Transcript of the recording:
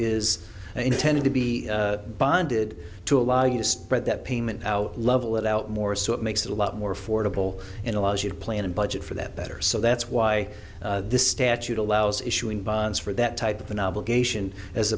is intended to be bonded to allow you to spread that payment out level it out more so it makes it a lot more affordable and allows you to plan and budget for that better so that's why this statute allows issuing bonds for that type of an obligation as